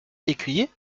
écuyer